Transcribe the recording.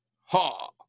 Ha